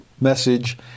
message